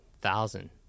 thousand